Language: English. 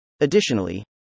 Additionally